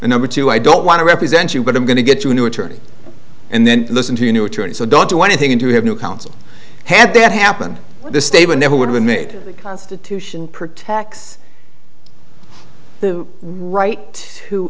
the number two i don't want to represent you but i'm going to get you a new attorney and then listen to a new attorney so don't do anything to have new counsel had that happened the state would never would have made the constitution protects the right to